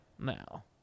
now